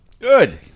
Good